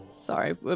Sorry